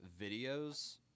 videos